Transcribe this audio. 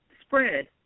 spread